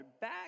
Back